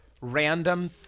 random